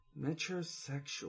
Metrosexual